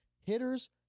Hitters